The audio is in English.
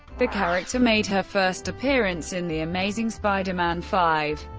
the character made her first appearance in the amazing spider-man five.